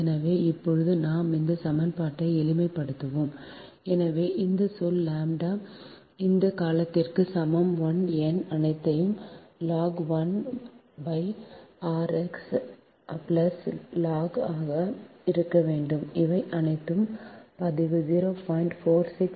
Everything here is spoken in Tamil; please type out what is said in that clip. எனவே இப்போது நாம் இந்த சமன்பாட்டை எளிமைப்படுத்துவோம் எனவே இந்த சொல் ʎa இந்த காலத்திற்கு சமம் I n அனைத்தும் log 1 rx log ஆக இருக்க வேண்டும் இவை அனைத்தையும் பதிவு 0